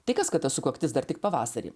tai kas kad ta sukaktis dar tik pavasarį